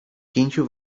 pięciu